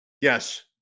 Yes